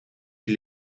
die